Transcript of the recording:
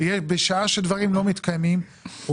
בשעה שדברים לא מתקיימים,